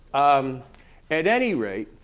um at any rate,